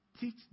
teach